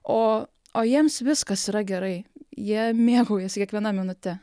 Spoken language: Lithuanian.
o o jiems viskas yra gerai jie mėgaujasi kiekviena minute